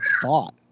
thought